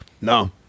no